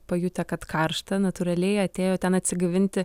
pajutę kad karšta natūraliai atėjo ten atsigaivinti